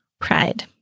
Pride